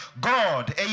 God